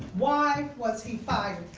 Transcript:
why was he fired?